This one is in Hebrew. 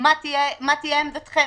מה תהיה עמדתכם?